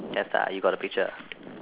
yes ah you got the picture